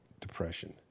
depression